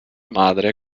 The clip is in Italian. madre